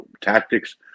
tactics